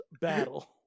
battle